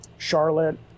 Charlotte